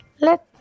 Let